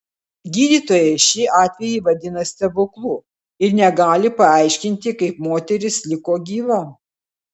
gydytojai šį atvejį vadina stebuklu ir negali paaiškinti kaip moteris liko gyva